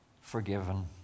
forgiven